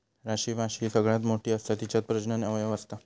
राणीमाशी सगळ्यात मोठी असता तिच्यात प्रजनन अवयव असता